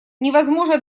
невозможно